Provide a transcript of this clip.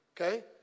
Okay